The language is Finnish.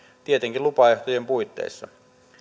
tietenkin lupaehtojen puitteissa